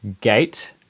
Gate